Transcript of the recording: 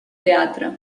teatre